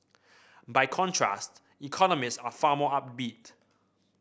by contrast economists are far more upbeat